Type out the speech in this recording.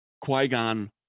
Qui-Gon